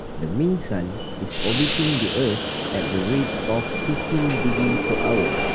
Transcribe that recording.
the mean sun is orbiting the earth at the rate of fifteen deg per hour.